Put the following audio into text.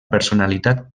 personalitat